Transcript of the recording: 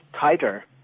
tighter